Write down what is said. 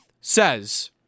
says